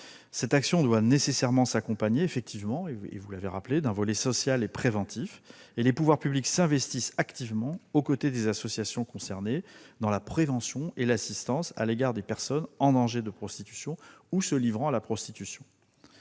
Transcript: Cette action doit nécessairement s'accompagner, vous l'avez rappelé, d'un volet social et préventif. Les pouvoirs publics s'investissent activement aux côtés des associations concernées dans la prévention et l'assistance à l'égard des personnes en danger de prostitution ou se livrant à la prostitution.